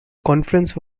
conference